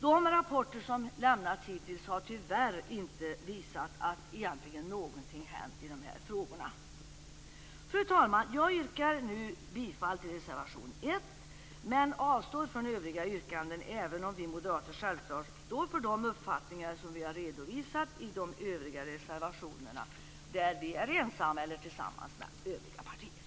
De rapporter som lämnats hittills har tyvärr inte visat att något egentligen har hänt i denna fråga. Fru talman! Jag yrkar nu bifall till reservation 1 men avstår från övriga yrkanden, även om vi moderater självfallet står för de uppfattningar vi redovisat i övriga reservationer, antingen ensamma eller tillsammans med övriga partier.